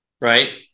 Right